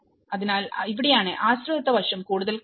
അതിനാൽ ഇവിടെയാണ് ആശ്രിതത്വ വശം കൂടുതൽ കാണുന്നത്